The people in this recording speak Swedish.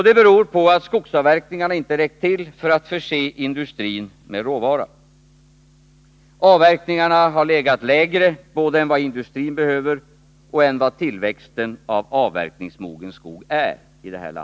Det beror på att skogsavverkningarna inte har räckt till för att förse industrin med råvara. Avverkningarna har legat lägre än både industrins behov och tillväxten av avverkningsmogen skog.